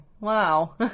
Wow